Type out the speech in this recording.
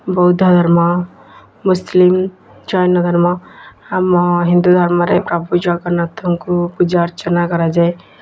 ବୌଦ୍ଧ ଧର୍ମ ମୁସଲିମ୍ ଜୈନ ଧର୍ମ ଆମ ହିନ୍ଦୁ ଧର୍ମରେ ପ୍ରଭୁ ଜଗନ୍ନାଥଙ୍କୁ ପୂଜା ଅର୍ଚ୍ଚନା କରାଯାଏ